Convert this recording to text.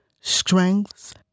strengths